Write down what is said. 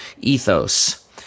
ethos